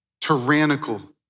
tyrannical